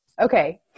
okay